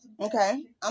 Okay